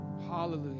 Hallelujah